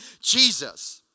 Jesus